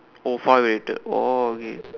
oh father related oh okay